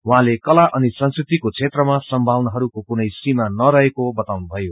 उहाँले कला अनि संस्कृतिको क्षेत्रमा सम्भावनाहरूको कुनै सीामा नरहेको बताउनुभयो